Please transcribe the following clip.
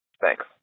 Thanks